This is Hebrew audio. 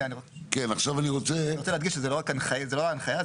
אני רוצה להדגיש שזו לא הנחיה.